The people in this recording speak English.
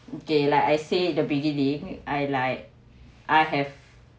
okay like I say the beginning I like I have